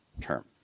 term